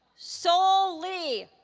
sol lee